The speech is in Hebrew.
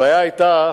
הבעיה היתה,